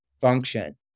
function